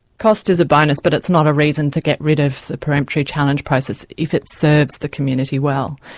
cost is a bonus, but it's not a reason to get rid of the peremptory challenge process if it serves the community well.